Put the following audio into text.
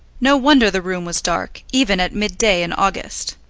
no wonder the room was dark, even at midday in august.